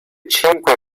cinque